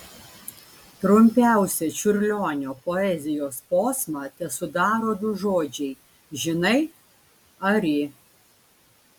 trumpiausią čiurlionio poezijos posmą tesudaro du žodžiai žinai ari